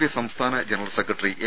P സംസ്ഥാന general secretary M